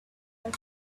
were